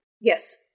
Yes